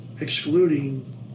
excluding